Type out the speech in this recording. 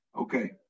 Okay